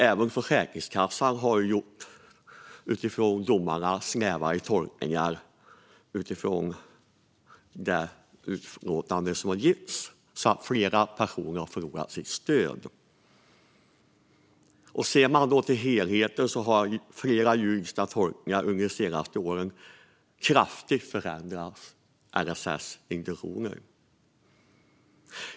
Även Försäkringskassan har, utifrån domarna och de utlåtanden som gjorts, gjort snävare tolkningar så att flera personer har förlorat sitt stöd. Sett till helheten har flera juridiska tolkningar under de senaste åren kraftigt förändrat LSS intentioner.